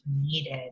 needed